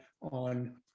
on